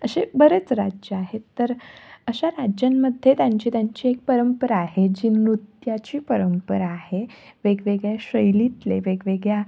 असे बरेच राज्य आहेत तर अशा राज्यांमध्ये त्यांची त्यांची एक परंपरा आहे जी नृत्याची परंपरा आहे वेगवेगळ्या शैलीतले वेगवेगळ्या